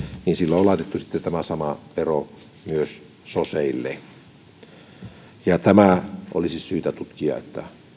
niin silloin on laitettu sitten tämä sama vero myös soseille olisi syytä tutkia